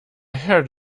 heard